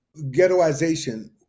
ghettoization